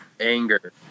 Anger